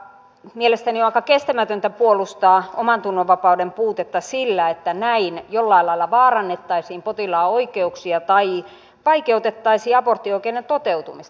mielestäni on aika kestämätöntä puolustaa omantunnonvapauden puutetta sillä että näin jollain lailla vaarannettaisiin potilaan oikeuksia tai vaikeutettaisiin aborttioikeuden toteutumista